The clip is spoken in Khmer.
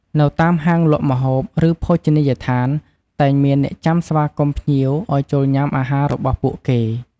នៅតាមហាងលក់ម្ហូប ឬភោជនីយដ្ឋាន តែងមានអ្នកចាំស្វាគមន៍ភ្ញៀវឲ្យចូលញ៉ាំអាហាររបស់ពួកគេ។